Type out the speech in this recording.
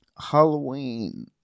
halloween